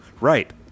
right